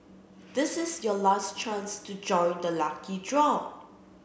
this is your last chance to join the lucky draw